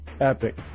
epic